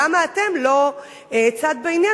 למה אתם לא צד בעניין,